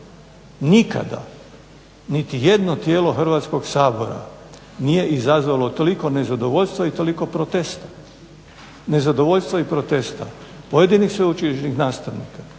nikada niti jedno tijelo Hrvatskog sabora nije izazvalo toliko nezadovoljstva i toliko protesta, nezadovoljstva i protesta pojedinih sveučilišnih nastavnika,